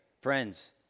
friends